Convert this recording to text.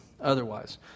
otherwise